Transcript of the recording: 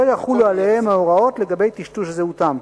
לא יחולו עליהם ההוראות לגבי טשטוש זהותם.